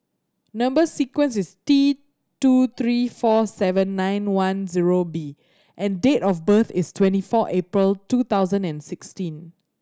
number sequence is T two three four seven nine one zero B and date of birth is twenty four April two thousand and sixteen